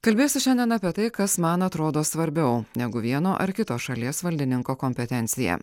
kalbėsiu šiandien apie tai kas man atrodo svarbiau negu vieno ar kito šalies valdininko kompetencija